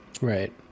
Right